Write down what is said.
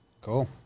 Cool